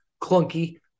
clunky